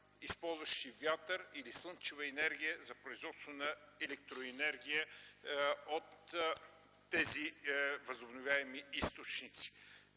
използващи вятър или слънчева енергия за производството на електроенергия от тези възобновяеми източници?